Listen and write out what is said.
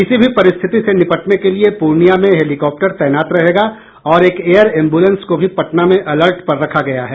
किसी भी परिस्थिति से निपटने के लिये पूर्णिया में हेलीकाप्टर तैनात रहेगा और एक एयर एम्बुलेंस को भी पटना में अलर्ट पर रखा गया है